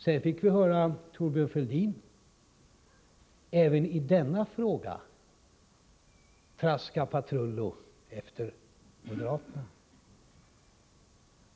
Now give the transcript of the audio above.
Sedan fick vi höra Thorbjörn Fälldin även i denna fråga traska patrullo efter moderaterna.